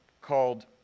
called